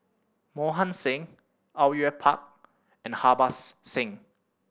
Mohan Singh Au Yue Pak and Harbans Singh